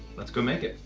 let's go make it.